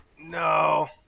no